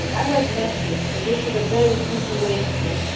i was mentored so this is a very easy way for me,